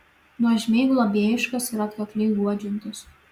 nuožmiai globėjiškas ir atkakliai guodžiantis